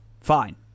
Fine